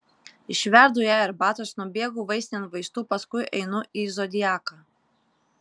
išverdu jai arbatos nubėgu vaistinėn vaistų paskui einu į zodiaką